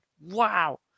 Wow